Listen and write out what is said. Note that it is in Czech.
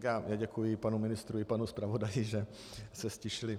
Já děkuji panu ministrovi i panu zpravodaji, že se ztišili.